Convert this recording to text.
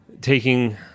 taking